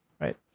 right